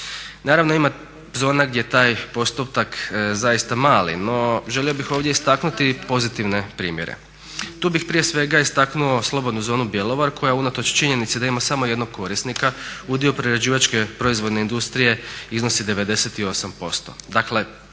Naravno, ima zona gdje taj postotak zaista je mali, no želio bih ovdje istaknuti pozitivne primjere. Tu bih prije svega istaknuo slobodnu zonu Bjelovar koja unatoč činjenici da ima samo jednog korisnika udio prerađivačke proizvodne industrije iznosi 98%. Dakle,